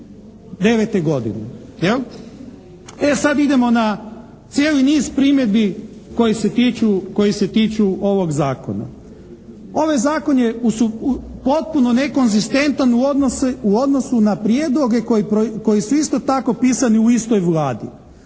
2009. godine, jel'. E sad idemo na cijeli niz primjedbi koji se tiču ovog zakona. Ovaj zakon je potpuno nekonzistentan u odnosu na prijedloge koji su isto tako pisani u istoj Vladi